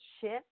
shift